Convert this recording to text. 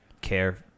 care